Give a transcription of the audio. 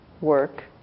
work